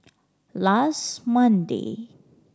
last Monday